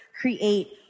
create